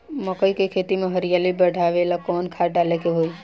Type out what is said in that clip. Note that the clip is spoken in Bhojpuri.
मकई के खेती में हरियाली बढ़ावेला कवन खाद डाले के होई?